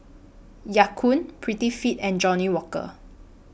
Ya Kun Prettyfit and Johnnie Walker